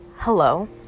Hello